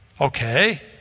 Okay